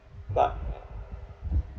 but